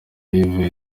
yves